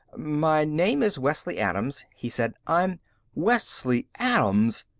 my name is wesley adams, he said. i'm wesley adams!